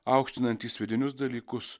aukštinantys vidinius dalykus